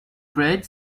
bridge